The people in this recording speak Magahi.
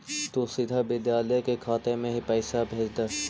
तु सीधा विद्यालय के खाते में ही पैसे भेज द